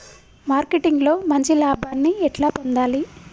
Marketing లో మంచి లాభాల్ని ఎట్లా పొందాలి?